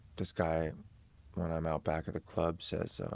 this guy when i'm out back at the club says, so